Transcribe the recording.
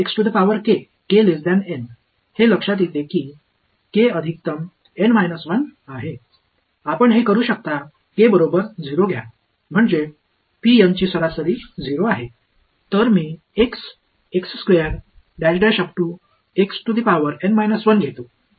म्हणूनच हे लक्षात येते की के अधिकतम एन 1 आहे आपण हे करू शकता के बरोबर 0 घ्या म्हणजे ची सरासरी 0 आहे मग मी घेतो ठीक आहे